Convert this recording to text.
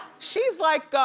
she's like,